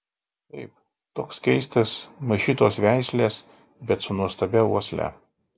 taip toks keistas maišytos veislės bet su nuostabia uosle